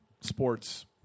sports